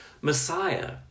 Messiah